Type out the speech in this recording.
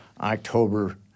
October